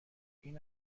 این